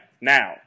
Now